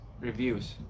reviews